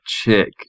chick